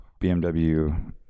bmw